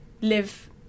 live